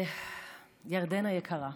ירדנה יקרה,